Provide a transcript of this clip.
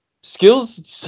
Skills